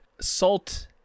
Salt